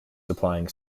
supplying